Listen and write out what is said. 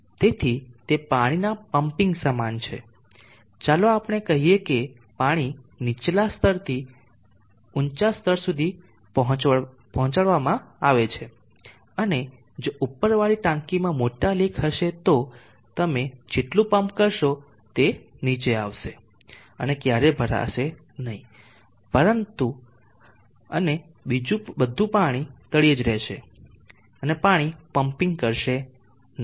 તેથી તે પાણીના પંપિંગ સમાન છે ચાલો આપણે કહીએ કે પાણી નીચલા સ્તરથી ઊંચા સ્તર સુધી પહોંચાડવામાં આવે છે અને જો ઉપરવાળી ટાંકીમાં જો મોટા લિક હશે તો તમે જેટલું પંપ કરશો તે નીચે આવશે અને તે ક્યારેય ભરાશે નહિ અને પછી બધું પાણી હજુ પણ તળિયે જ રેહશે તેથી પાણી પંપીંગ કામ કરશે નહિ